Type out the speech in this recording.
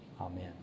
Amen